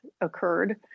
occurred